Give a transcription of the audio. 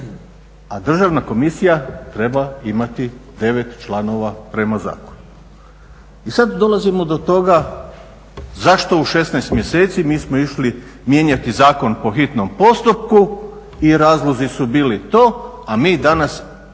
a Državna komisija treba imati 9 članova prema zakonu. I sad dolazimo do toga zašto u 16 mjeseci mi smo išli mijenjati zakon po hitnom postupku i razlozi su bili to, a mi danas